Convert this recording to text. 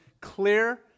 clear